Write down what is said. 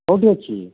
କେଉଁଠି ଅଛି